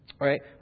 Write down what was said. Right